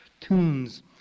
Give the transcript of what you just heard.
tunes